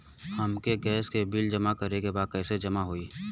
हमके गैस के बिल जमा करे के बा कैसे जमा होई?